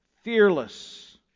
fearless